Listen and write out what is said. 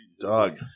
Doug